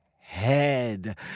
head